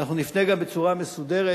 ואנחנו נפנה גם בצורה מסודרת,